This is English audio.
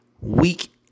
week